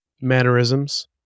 mannerisms